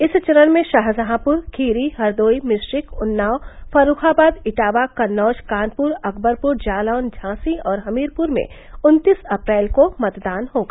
इस चरण में शाहजहांपुर खीरी हरदोई मिश्रिख उन्नाव फर्रूखाबाद इटावा कन्नौज कानपुर अकबरपुर जालौन झांसी और हमीरपुर में उन्तीस अप्रैल को मतदान होगा